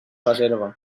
reserva